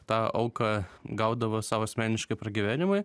tą auką gaudavo sau asmeniškai pragyvenimui